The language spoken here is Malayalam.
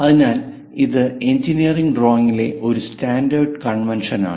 അതിനാൽ ഇത് എഞ്ചിനീയറിംഗ് ഡ്രോയിംഗിലെ ഒരു സ്റ്റാൻഡേർഡ് കൺവെൻഷനാണ്